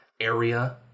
area